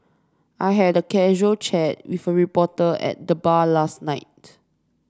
I had a casual chat with a reporter at the bar last night